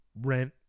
rent